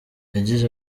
yagize